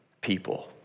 people